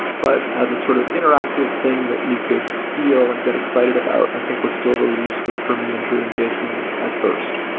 but as a sort of interactive thing that you could feel and get excited about i think was really useful for me and drew and jason at first.